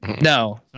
No